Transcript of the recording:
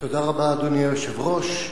אדוני היושב-ראש,